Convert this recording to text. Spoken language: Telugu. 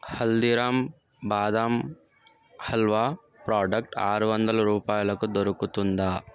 హల్దీరామ్స్ బాదం హల్వా ప్రాడక్ట్ ఆరు వందల రూపాయలకు దొరుకుతుందా